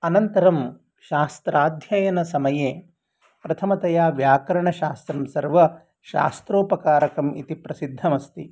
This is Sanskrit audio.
अनन्तरं शास्त्राध्ययनसमये प्रथमतया व्याकरणशास्त्रं सर्वशास्त्रोपकारकम् इति प्रसिद्धमस्ति